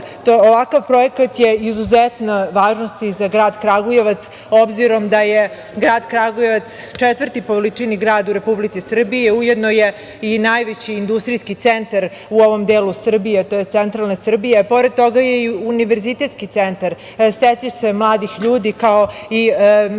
evra. Ovakav projekat je od izuzetne važnosti za grad Kragujevac, obzirom da je grad Kragujevac četvrti po veličini grad u Republici Srbiji, a ujedno je i najveći industrijski centar u ovom delu Srbije, tj. centralne Srbije. Pored toga je i univerzitetski centar, stecište mladih ljudi, kao i medicinski